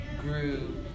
grew